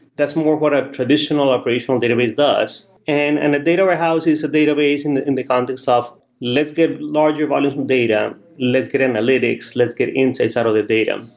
that's more what a traditional operational database does. and and a data warehouse is a database in the in the context ah of let's get larger volumes of and data. let's get analytics. let's get insights out of the data.